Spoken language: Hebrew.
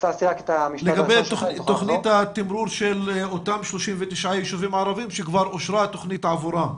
לגבי תכנית התמרור של אותם 39 ישובים ערבים שכבר אושרה תכנית עבורם.